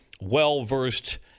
Well-versed